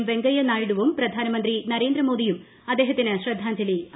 പ്പെങ്കയ്യന്ായിഡുവും പ്രധാനമന്ത്രി നരേന്ദ്രമോദിയും അദ്ദേഹത്തിന് ശ്രദ്ധാഞ്ജലി അർപ്പിച്ചു